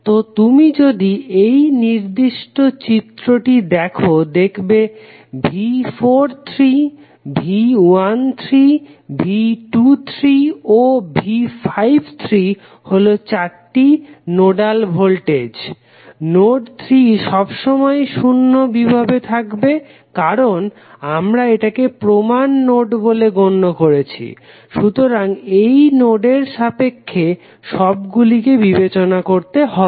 তো তুমি যদি এই নির্দিষ্ট চিত্রটি দেখো দেখবে V43 V13 V23 ও V53 হলো চারটি নোডাল ভোল্টেজ নোড 3 সবসময়েই শূন্য বিভভে থাকবে কারণ আমরা এটাকে প্রমান নোড বলে গণ্য করেছি সুতরাং এই নোডের সাপেক্ষে সবগুলিকে বিবেচনা করতে হবে